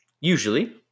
Usually